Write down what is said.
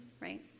right